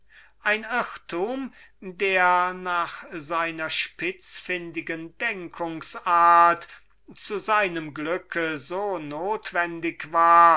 ein irrtum der nach seiner spitzfindigen denkens art zu seinem glücke so notwendig war